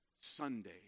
Sunday